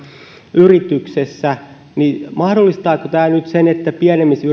yrityksessä niin mahdollistaako tämä nyt sen että pienemmissä